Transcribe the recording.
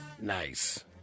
Nice